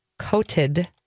Coated